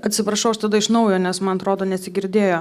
atsiprašau aš tada iš naujo nes man atrodo nesigirdėjo